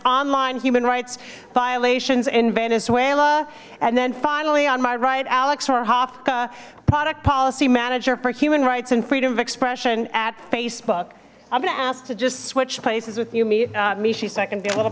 online human rights violations in venezuela and then finally on my right alex were hakka product policy manager for human rights and freedom of expression at facebook i'm gonna ask to just switch places with you meet me she so i can be a little